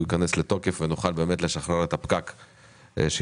ייכנס לתוקף ונוכל לשחרר את הפקק שנוצר.